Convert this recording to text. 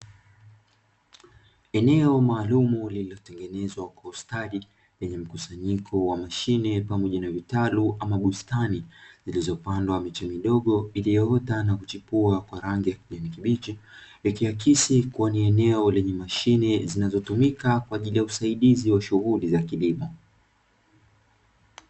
Eneo maalumu lililotengenezwa kwa ustadi, lenye mkusanyiko wa mashine pamoja na vitalu ama bustani zilizopandwa miche midogo iliyoota na kuchipua kwa rangi ya kijani kibichi, ikiakisi kuwa ni eneo lenye mashine zinazotumika kwa ajili ya usaidizi wa shughuli za kilimo.